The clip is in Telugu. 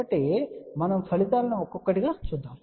కాబట్టి మనము ఈ ఫలితాలను ఒక్కొక్కటిగా చూస్తాము